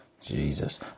Jesus